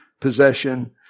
possession